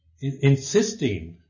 insisting